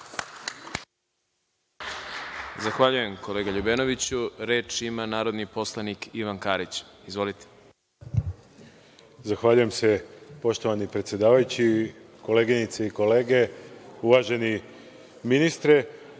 Zahvaljujem, kolega LJubenoviću. Reč ima narodni poslanik Ivan Karić. Izvolite. **Ivan Karić** Zahvaljujem se, poštovani predsedavajući. Koleginice i kolege, uvaženi ministre,